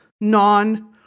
non